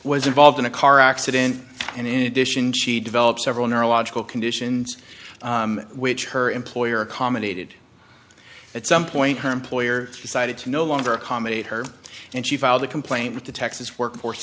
was involved in a car accident and in addition she developed several neurological conditions which her employer accommodated at some point herm ploy or decided to no longer accommodate her and she filed a complaint with the texas workforce